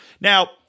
Now